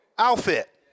outfit